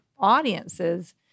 audiences